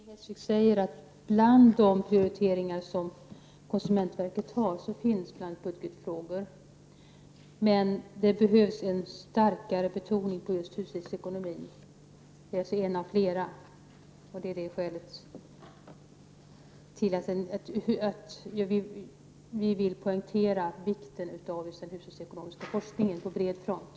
Fru talman! Inger Hestvik säger att bland de prioriteringar konsumentverket har gjort finns budgetfrågor. Men det behövs en starkare betoning på just hushållsekonomin. Det är skälet till att vi vill poängtera vikten av den hushållsekonomiska forskningen på bred front.